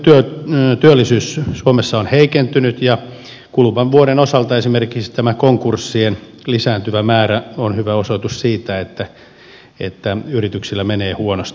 meidän osaltamme työllisyys suomessa on heikentynyt ja kuluvan vuoden osalta esimerkiksi konkurssien lisääntyvä määrä on hyvä osoitus siitä että yrityksillä menee huonosti